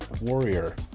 Warrior